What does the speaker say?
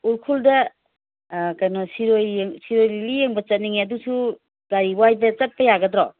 ꯎꯈ꯭ꯔꯨꯜꯗ ꯀꯩꯅꯣ ꯁꯤꯔꯣꯏ ꯁꯤꯔꯣꯏ ꯂꯤꯂꯤ ꯌꯦꯡꯕ ꯆꯠꯅꯤꯡꯉꯦ ꯑꯗꯨꯁꯨ ꯒꯥꯔꯤ ꯋꯥꯏꯕ ꯆꯠꯄ ꯌꯥꯒꯗ꯭ꯔꯣ